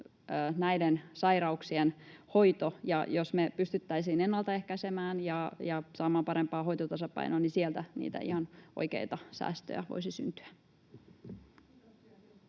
näiden sairauksien hoito, ja jos me pystyttäisiin ennaltaehkäisemään ja saamaan parempaa hoitotasapainoa, niin sieltä niitä ihan oikeita säästöjä voisi syntyä.